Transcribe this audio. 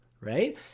right